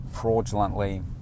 fraudulently